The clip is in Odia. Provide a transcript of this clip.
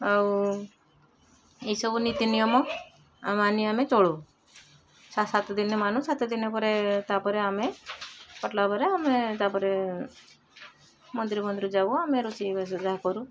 ଆଉ ଏଇସବୁ ନୀତି ନିୟମ ଆମେ ମାନି ଆମେ ଚଳୁ ସାତଦିନ ମାନୁ ସାତଦିନ ପରେ ତାପରେ ଆମେ କଟିଲା ପରେ ଆମେ ତାପରେ ମନ୍ଦିରଫନ୍ଦିର ଯାଉ ଆମେ ରୋଷେଇ ବାସ ଯାହା କରୁ